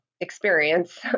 experience